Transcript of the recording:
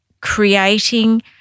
creating